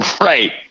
Right